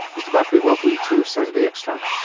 mr bakrie, welcome to saturday extra.